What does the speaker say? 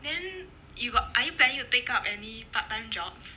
then you got are you planning to take up any part time jobs